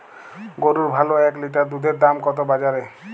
গরুর ভালো এক লিটার দুধের দাম কত বাজারে?